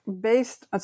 based